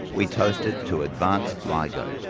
we toasted to advanced ligo,